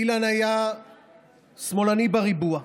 אילן היה שמאלני בריבוע,